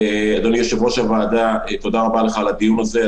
אדוני יושב-ראש הוועדה, תודה רבה לך על הדיון הזה.